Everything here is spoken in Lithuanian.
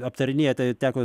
aptarinėja tai teko